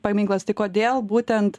paminklas tai kodėl būtent